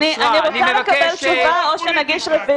אני רוצה לקבל תשובה או נגיד רביזיה.